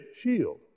shield